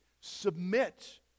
submit